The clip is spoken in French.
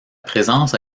présence